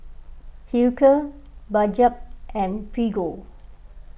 Hilker Bajaj and Prego